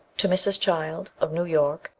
to mrs. child, of new york,